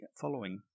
following